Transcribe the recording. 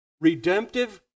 Redemptive